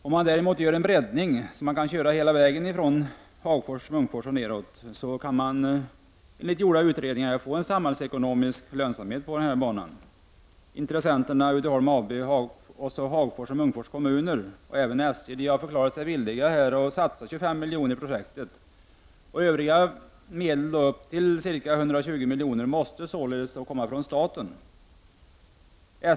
Om man däremot gör en breddning så att det blir möjligt att köra hela vägen från Hagfors, Munkfors och nedåt, kan man enligt gjorda utredningar få en samhällsekonomisk lönsamhet på banan. Intressenterna Uddeholm AB, Hagfors och Munkfors kommuner och även SJ har förklarat sig villiga att satsa 25 miljoner i projektet. Övriga medel, upp till ca 120 miljoner, måste således komma från staten.